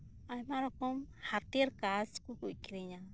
ᱟᱭᱢᱟ ᱨᱚᱠᱚᱢ ᱦᱟᱛᱮᱨ ᱠᱟᱡ ᱠᱚᱠᱚ ᱟᱹᱠᱷᱨᱤᱧᱟ